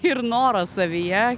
ir noro savyje